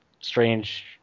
strange